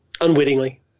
Unwittingly